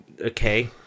okay